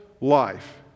life